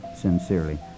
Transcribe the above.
sincerely